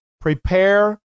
prepare